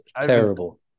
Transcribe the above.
terrible